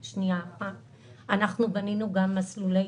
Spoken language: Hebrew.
יש 1,700 תלמידים,